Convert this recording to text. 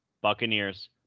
Buccaneers